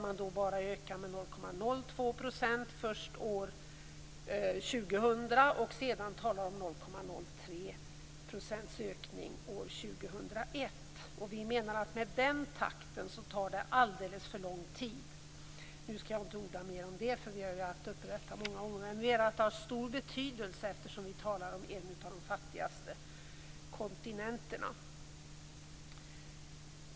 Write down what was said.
Man vill bara öka med 2001. Vi menar att det med den takten tar alldeles för lång tid. Nu skall jag inte orda mer om det, för vi har tagit upp detta många gånger. Men det har stor betydelse eftersom vi talar om en av de fattigaste kontinenterna.